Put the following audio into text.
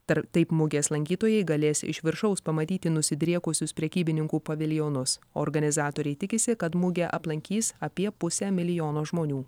tar taip mugės lankytojai galės iš viršaus pamatyti nusidriekusius prekybininkų paviljonus organizatoriai tikisi kad mugę aplankys apie pusę milijono žmonių